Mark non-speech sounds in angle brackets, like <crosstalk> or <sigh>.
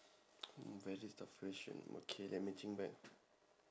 <noise> mm very tough question okay let me think back